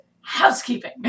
housekeeping